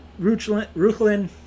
Ruchlin